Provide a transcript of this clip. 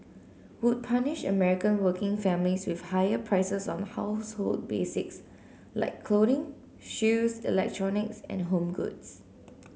would punish American working families with higher prices on household basics like clothing shoes electronics and home goods